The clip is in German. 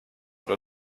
auch